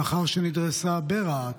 לאחר שנדרסה ברהט.